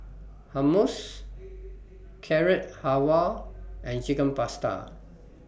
Hummus Carrot Halwa and Chicken Pasta